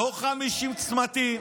לא 50 צמתים,